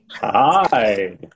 Hi